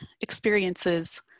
experiences